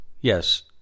Yes